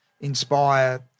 inspire